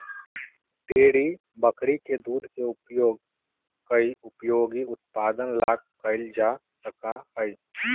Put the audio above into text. dairy बकरी के दूध के उपयोग कई उपयोगी उत्पादन ला कइल जा सका हई